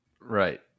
Right